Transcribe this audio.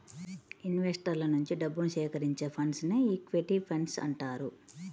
ఇన్వెస్టర్ల నుంచి డబ్బుని సేకరించే ఫండ్స్ను ఈక్విటీ ఫండ్స్ అంటారు